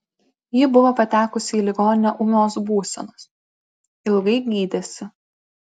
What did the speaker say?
ji buvo patekusi į ligoninę ūmios būsenos ilgai gydėsi